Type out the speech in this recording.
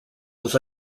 was